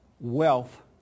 wealth